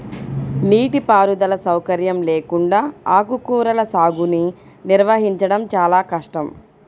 నీటిపారుదల సౌకర్యం లేకుండా ఆకుకూరల సాగుని నిర్వహించడం చాలా కష్టం